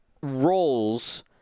roles